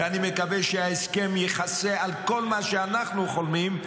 ואני מקווה שההסכם יכסה על כל מה שאנחנו חולמים,